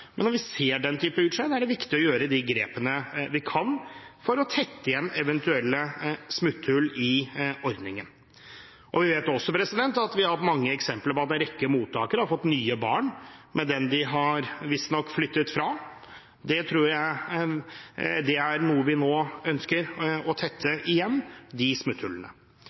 Men når vi ser den typen utslag, er det viktig å ta de grepene vi kan for å tette igjen eventuelle smutthull i ordningen. Vi vet også at vi har hatt mange eksempler på at en rekke mottakere har fått nye barn med dem de har – visstnok – flyttet fra. Disse smutthullene ønsker vi nå å tette igjen.